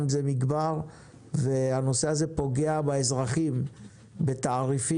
זה מכבר והנושא הזה פוגע באזרחים בתעריפים,